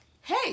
hey